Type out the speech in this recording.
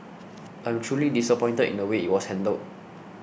I'm truly disappointed in the way it was handled